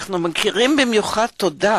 אנחנו מכירים במיוחד טובה